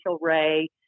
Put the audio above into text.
Ray